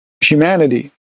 humanity